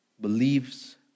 believes